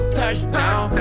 touchdown